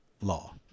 law